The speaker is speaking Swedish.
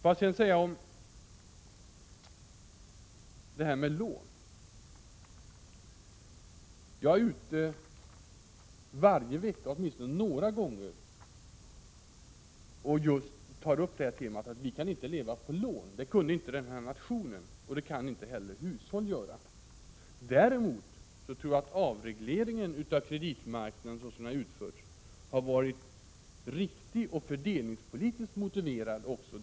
Sedan till det här med lån. När jag är ute och talar tar jag åtminstone några gånger varje vecka upp just temat att vi inte kan leva på lån. Det kan inte nationen göra och det kan inte heller hushållen göra. Däremot tror jag att det sätt på vilket avregleringen av kreditmarknaden utförts har varit riktigt och fördelningspolitiskt motiverat.